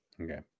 Okay